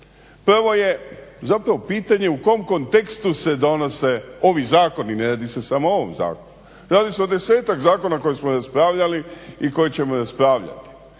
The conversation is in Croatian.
Prvo je zapravo pitanje u kom kontekstu se donose ovi zakoni, ne radi se samo o ovom zakonu, radi se o 10-ak zakona koje smo raspravljali i koje ćemo raspravljati.